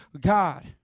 God